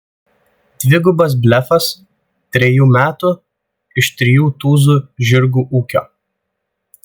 dvigubas blefas trejų metų iš trijų tūzų žirgų ūkio